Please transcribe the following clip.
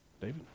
David